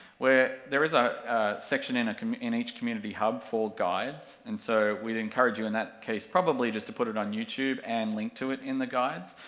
where, there is a section in kind of in each community hub for guides, and so, we'd encourage you in that case, probably just to put it on youtube and link to it in the guides.